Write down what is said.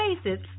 spaces